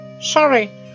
Sorry